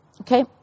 Okay